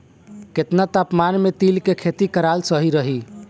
केतना तापमान मे तिल के खेती कराल सही रही?